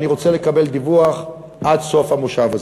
אני רוצה לקבל דיווח עד סוף המושב הזה.